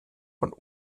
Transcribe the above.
von